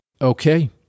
Okay